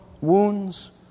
wounds